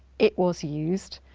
it was used,